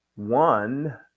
One